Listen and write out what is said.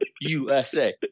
USA